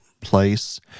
place